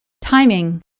Timing